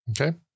Okay